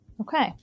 Okay